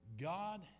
God